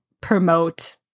promote